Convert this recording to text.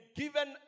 given